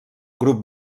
grup